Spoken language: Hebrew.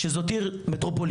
שזו עיר מטרופולין,